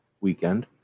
weekend